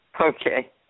Okay